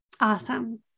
Awesome